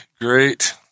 great